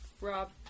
Rob